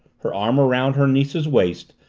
her arm around her niece's waist,